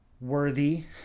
worthy